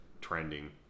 trending